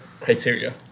criteria